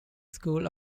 schools